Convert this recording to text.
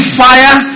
fire